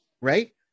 right